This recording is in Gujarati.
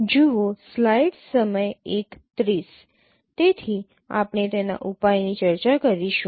તેથી આપણે તેના ઉપાયની ચર્ચા કરીશું